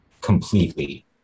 completely